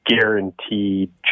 Guaranteed